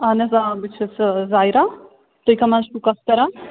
اَہَن حَظ آ بہٕ چھَس ظایرا تُہۍ کٕم حَظ چھُو کٔتھ کَران